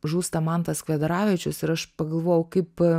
žūsta mantas kvedaravičius ir aš pagalvojau kaip